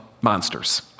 monsters